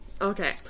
Okay